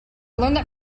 learned